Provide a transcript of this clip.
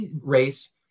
race